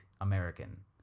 American